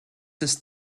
ist